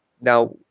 now